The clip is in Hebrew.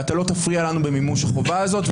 ואתה לא מפריע לנו במימוש החובה הזאת.